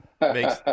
makes